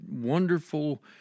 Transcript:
wonderful